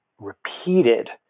repeated